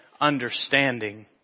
understanding